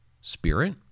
spirit